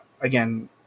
again